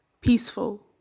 peaceful